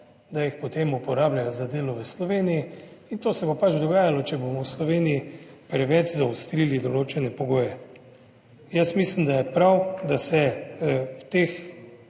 da jih potem uporabljajo za delo v Sloveniji. In to se bo pač dogajalo, če bomo v Sloveniji preveč zaostrili določene pogoje. Jaz mislim, da je prav, da se v teh